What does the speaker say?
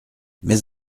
mais